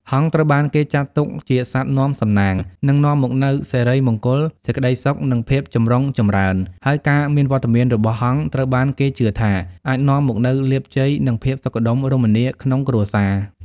ហង្សត្រូវបានគេចាត់ទុកជាសត្វនាំសំណាង និងនាំមកនូវ សិរីមង្គល សេចក្តីសុខ និង ភាពចម្រុងចម្រើន ហើយការមានវត្តមានរបស់ហង្ស ត្រូវបានគេជឿថាអាចនាំមកនូវលាភជ័យ និងភាពសុខដុមរមនាក្នុងគ្រួសារ។